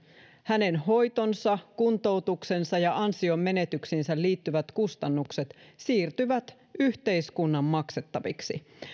hänen hoitonsa kuntoutuksensa ja ansionmenetyksiin liittyvät kustannuksensa siirtyvät yhteiskunnan maksettaviksi